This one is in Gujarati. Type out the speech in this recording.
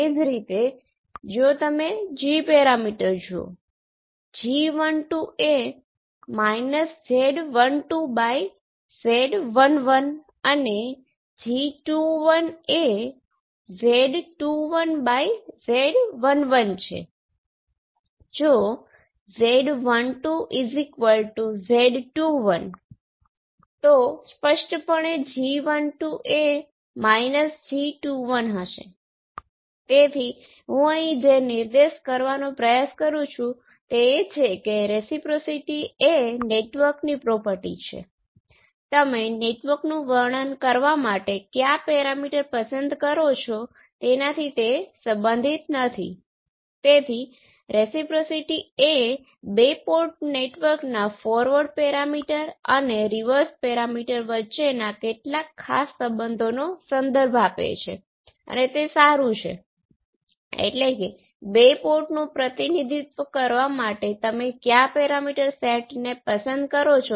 એ જ રીતે તફાવત વોલ્ટેજ Vd બંને કિસ્સાઓમાં ખૂબ નાનો છે કારણ કે તે k ભાંગ્યા A ને પ્રમાણસર છે અને છેલ્લે જયારે A ∞ તરફનું વલણ ધરાવે છે ત્યારે આ બંને k ના આદર્શ મૂલ્ય તરફનું વલણ ધરાવે છે પરંતુ આ ફક્ત તે રીતે કામ નથી કરતું